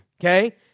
okay